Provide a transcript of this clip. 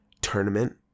tournament